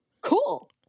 cool